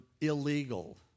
illegal